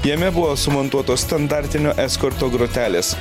jame buvo sumontuotos standartinio eskorto grotelės